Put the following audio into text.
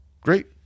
great